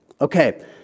Okay